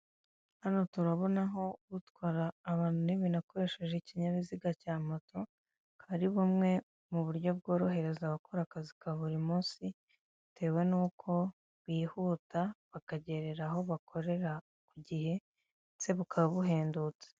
hano turabonaho utwara abantu n'ibintu akoresheje ikinyabiziga cya moto, akaba ari bumwe mu buryo bworohereza abakora akazi ka buri munsi bitewe n'uko bihuta bakagerera aho bakorera ku gihe ndetse bukaba buhendutse.